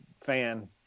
fan